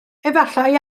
efallai